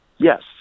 Yes